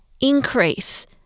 increase